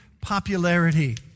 popularity